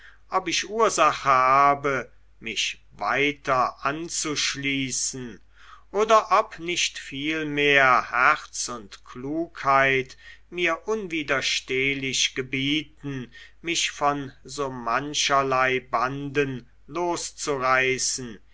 ob ich ursache habe mich weiter anzuschließen oder ob nicht vielmehr herz und klugheit mir unwiderstehlich gebieten mich von so mancherlei banden loszureißen